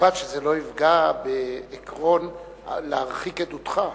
ובלבד שזה לא יפגע בעיקרון של להרחיק עדותך,